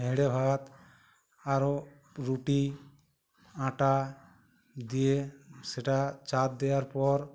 হেঁড়ে ভাত আরো রুটি আঁটা দিয়ে সেটা চার দেওয়ার পর